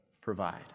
provide